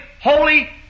holy